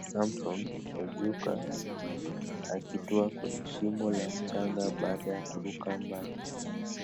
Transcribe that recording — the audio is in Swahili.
Samson Ojuka akitua kwenye shimo la mchanga baada ya kuruka maji.